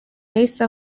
yahise